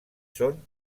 són